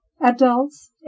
Adults